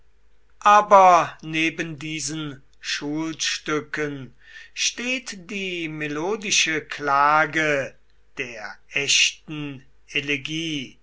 aber neben diesen schulstücken steht die melodische klage der echten